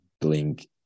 blink